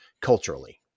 culturally